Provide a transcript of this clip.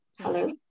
Hello